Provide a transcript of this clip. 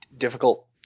difficult